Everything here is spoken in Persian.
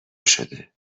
شده